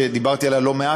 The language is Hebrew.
שדיברתי עליה לא מעט: